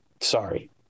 Sorry